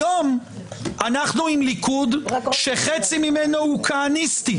היום אנחנו עם ליכוד שחצי ממנו הוא כהניסטי.